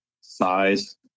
size